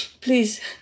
please